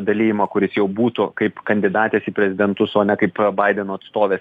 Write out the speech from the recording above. dalijimą kuris jau būtų kaip kandidatės į prezidentus o ne kaip baideno atstovės